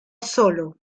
solo